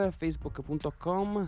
facebook.com